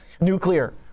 Nuclear